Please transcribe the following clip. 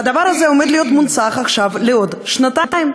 והדבר הזה עומד להיות מונצח עכשיו לעוד שנתיים.